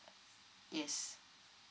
yes